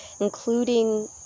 including